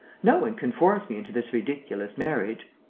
no one can force me into this ridiculous marriage.